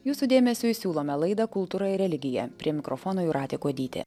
jūsų dėmesiui siūlome laidą kultūra ir religija prie mikrofono jūratė kuodytė